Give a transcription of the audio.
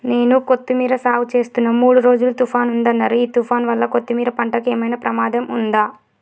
నేను కొత్తిమీర సాగుచేస్తున్న మూడు రోజులు తుఫాన్ ఉందన్నరు ఈ తుఫాన్ వల్ల కొత్తిమీర పంటకు ఏమైనా ప్రమాదం ఉందా?